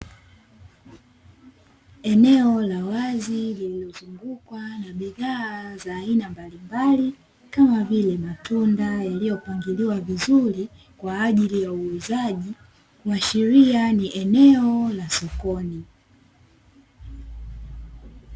Eneo la wazi lililozungukwa na bidhaa za aina mbalimbali, kama vile matunda yaliyopangiliwa vizuri kwa ajili ya uuzaji kuashiria ni eneo la sokoni.